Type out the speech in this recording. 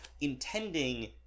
intending